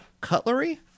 cutlery